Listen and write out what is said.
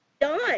done